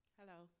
hello